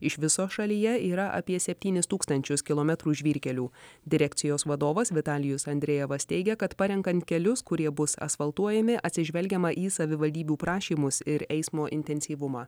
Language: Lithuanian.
iš viso šalyje yra apie septynis tūkstančius kilometrų žvyrkelių direkcijos vadovas vitalijus andrejevas teigia kad parenkant kelius kurie bus asfaltuojami atsižvelgiama į savivaldybių prašymus ir eismo intensyvumą